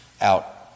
out